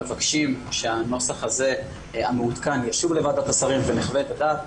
מבקשים שהנוסח המעודכן הזה ישוב לוועדת השרים ונחווה את הדעת.